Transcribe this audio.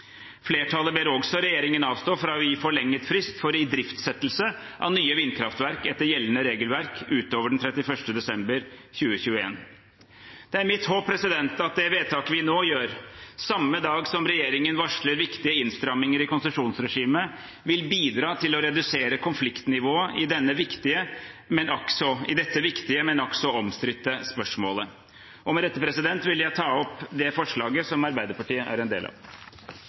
Flertallet ber også regjeringen avstå fra å gi forlenget frist for idriftsettelse av nye vindkraftverk etter gjeldende regelverk utover den 31. desember 2021. Det er mitt håp at det vedtaket vi nå gjør, samme dag som regjeringen varsler viktige innstramminger i konsesjonsregimet, vil bidra til å redusere konfliktnivået i dette viktige, men akk så omstridte spørsmålet. Med dette vil jeg ta opp de forslagene som Arbeiderpartiet er en del av.